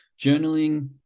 journaling